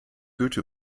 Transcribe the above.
goethe